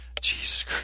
Jesus